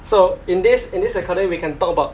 so in this in this recording we can talk about